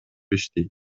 иштейт